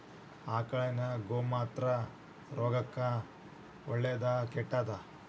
ಆಕಳಿನ ಗೋಮೂತ್ರ ಆರೋಗ್ಯಕ್ಕ ಒಳ್ಳೆದಾ ಕೆಟ್ಟದಾ?